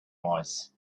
was